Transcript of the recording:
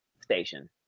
station